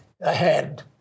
ahead